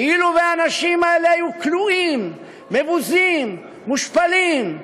כאילו האנשים האלה היו כלואים, מבוזים, מושפלים,